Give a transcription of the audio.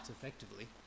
effectively